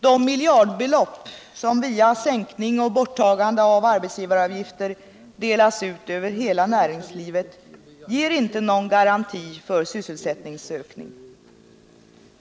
De miljardbelopp som genom sänkning och borttagande av arbetsgivaravgifter delas ut över hela näringslivet ger inte någon garanti för sysselsättningsökning.